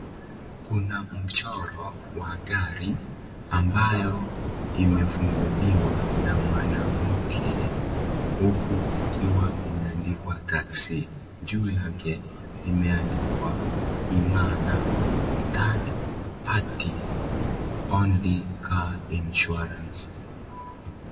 Kuna mchoro wa gari ambayo imefunguliwa na mwanamke huku ikiwa imeandikwa taksi. Juu yake imeandikwa Imana third party only car insurance .